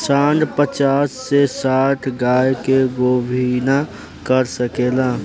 सांड पचास से साठ गाय के गोभिना कर सके ला